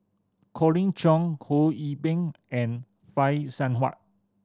Colin Cheong Ho See Beng and Phay Seng Whatt